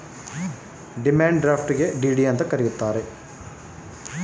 DD ಅಂದ್ರೇನು?